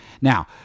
Now